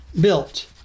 built